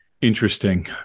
interesting